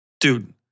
Dude